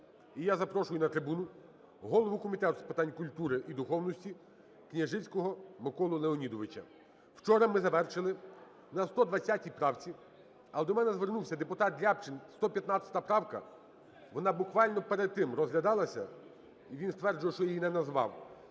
І я запрошую на трибуну голову Комітету з питань культури і духовності Княжицького Миколу Леонідовича. Вчора ми завершили на 120 правці. Але до мене звернувся депутат Рябчин, 115 правка, вона буквально перед тим розглядалася, і він стверджує, що її не назвав.